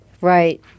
Right